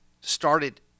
started